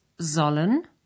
sollen